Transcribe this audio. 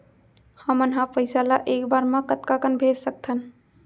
हमन ह पइसा ला एक बार मा कतका कन भेज सकथन?